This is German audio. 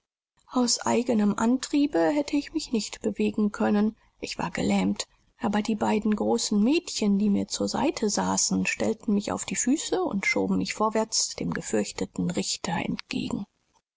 aus eigenem antriebe hätte ich mich nicht bewegen können ich war gelähmt aber die beiden großen mädchen die mir zur seite saßen stellten mich auf die füße und schoben mich vorwärts dem gefürchteten richter entgegen